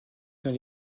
dans